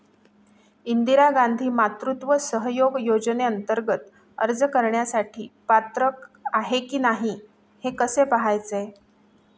इंदिरा गांधी मातृत्व सहयोग योजनेअंतर्गत अर्ज करण्यासाठी पात्र आहे की नाही हे कसे पाहायचे?